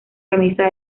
camisa